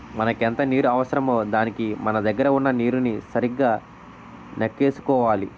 మనకెంత నీరు అవసరమో దానికి మన దగ్గర వున్న నీరుని సరిగా నెక్కేసుకోవాలి